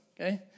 Okay